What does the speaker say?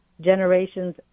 generations